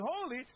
holy